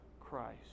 Christ